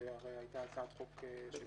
זו הרי הייתה הצעת חוק --- היא